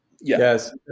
Yes